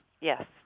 Yes